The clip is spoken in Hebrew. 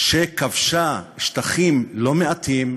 שכבשה שטחים לא מעטים,